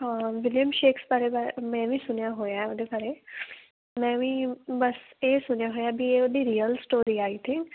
ਹਾਂ William Shakespeare ਬਾ ਮੈਂ ਵੀ ਸੁਣਿਆ ਹੋਇਆ ਉਹਦੇ ਬਾਰੇ ਮੈਂ ਵੀ ਬਸ ਇਹ ਸੁਣਿਆ ਹੋਇਆ ਵੀ ਇਹ ਉਹਦੀ ਰਿਅਲ ਸਟੋਰੀ ਏ ਆਈ ਥਿੰਕ